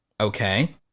okay